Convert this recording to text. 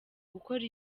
gukora